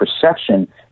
perception